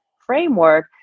framework